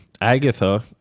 Agatha